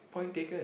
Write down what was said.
point taken